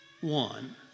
one